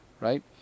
right